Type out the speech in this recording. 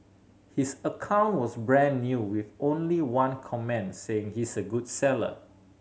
his account was brand new with only one comment saying he's a good seller